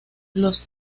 los